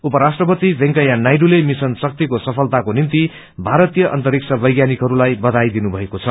उपराष्ट्रपति वेंकैया नायडूले मिशन शक्तिको सफलताको निम्ति भारतीय अन्तरिक्ष वैज्ञानिकहस्लाई बधाई दिनुभएको छ